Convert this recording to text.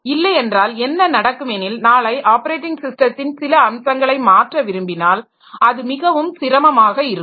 இல்லை என்றால் என்ன நடக்கும் எனில் நாளை ஆப்பரேட்டிங் ஸிஸ்டத்தின் சில அம்சங்கங்களை மாற்ற விரும்பினால் அது மிகவும் சிரமமாக இருக்கும்